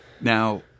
Now